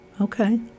Okay